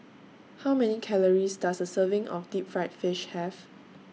How Many Calories Does A Serving of Deep Fried Fish Have